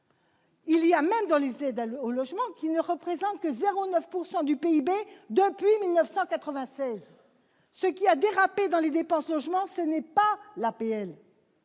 de logement, mais les aides au logement ne représentent que 0,9 % du PIB depuis 1996. Ce qui a dérapé dans les dépenses, ce n'est pas l'APL